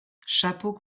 chapeau